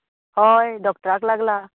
हय डॉक्टराक लागला